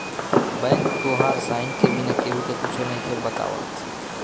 bank तोहार sign के बिना केहु के कुच्छो नइखे बतावत